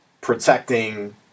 protecting